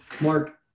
Mark